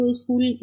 school